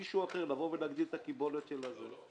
מישהו אחר לבוא ולהגדיל את הקיבולת של זה?